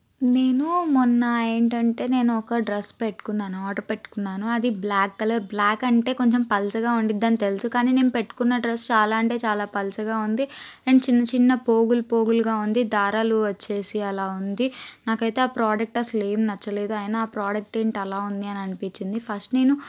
నేను మొన్న ఏంటంటే నేను ఒక డ్రెస్ పెట్టుకున్నాను ఆర్డర్ పెట్టుకున్నాను అది బ్ల్యాక్ కలర్ బ్ల్యాక్ అంటే కొంచెం పల్చగా ఉండిద్దని తెలిసు కానీ నేను పెట్టుకున్నా డ్రెస్సు చాలా అంటే చాలా పల్చగా ఉంది అండ్ చిన్నచిన్న పోగులు పోగులుగా ఉంది దారాలు వచ్చేసి అలా ఉంది నాకైతే ఆ ప్రోడక్ట్ అస్సలేం నచ్చలేదు అయినా ఆ ప్రోడక్ట్ ఏంటి అలా ఉంది అని అనిపించింది ఫస్ట్ నేను